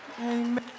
Amen